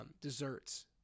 desserts